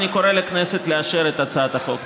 אני קורא לכנסת לאשר את הצעת החוק.